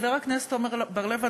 חבר הכנסת עמר בר-לב,